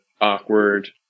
awkward